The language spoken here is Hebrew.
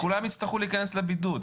כולם יצטרכו להיכנס לבידוד.